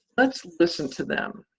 let's listen to them.